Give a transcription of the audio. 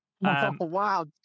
Wow